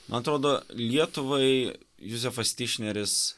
man atrodo lietuvai juzefas tišneris